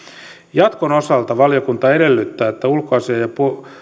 jatkon osalta valiokunta edellyttää että ulkoasiain ja